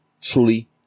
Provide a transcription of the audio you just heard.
truly